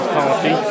party